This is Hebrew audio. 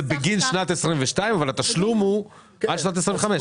זה בגין שנת 2022 אבל התשלום הוא עד שנת 2025,